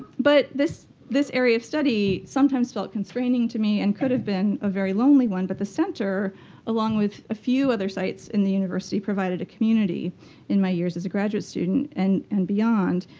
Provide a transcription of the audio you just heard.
but this this area of study sometimes felt constraining to me and could have been a very lonely one. but the center along with a few other sites in the university provided a community in my years as a graduate student and and beyond.